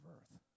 earth